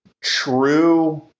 true